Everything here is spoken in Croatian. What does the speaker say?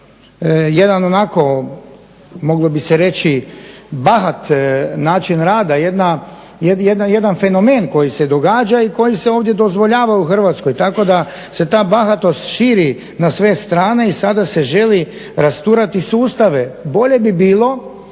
jedan onako moglo bi se reći bahat način rada, jedan fenomen koji se događa i koji se ovdje dozvoljava u Hrvatskoj. Tako da se ta bahatost širi na sve strane i sada se želi rasturati sustave. Bolje bi bilo